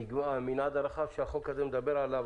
המנעד הרחב שהחוק הזה מדבר עליו,